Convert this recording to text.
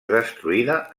destruïda